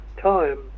time